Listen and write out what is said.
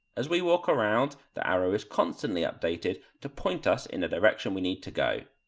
as we walk around the arrow is constantly updated to point us in the direction we need to go.